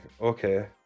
okay